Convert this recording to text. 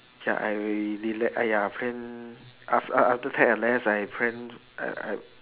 ya I relax I !aiya! friend aft~ after take a rest I plan I I